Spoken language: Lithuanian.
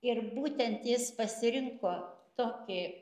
ir būtent jis pasirinko tokį